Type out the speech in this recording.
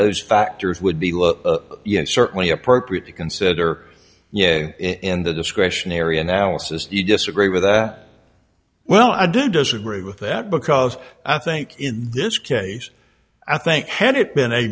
those factors would be look you know certainly appropriate to consider yeah in the discretionary analysis you disagree with that well i do disagree with that because i think in this case i think had it been a